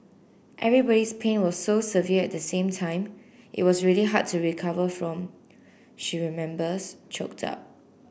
everybody's pain was so severe at the same time it was really hard to recover from she remembers choked up